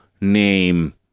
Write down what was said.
Name